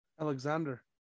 Alexander